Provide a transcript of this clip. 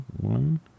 one